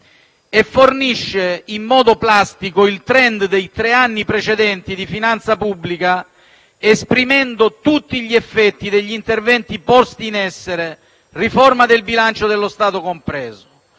e fornisce in modo plastico il *trend* dei tre anni precedenti di finanza pubblica, esprimendo tutti gli effetti degli interventi posti in essere, compresa la riforma del bilancio dello Stato;